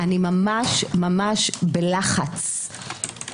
אני ממש-ממש בלחץ.